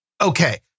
Okay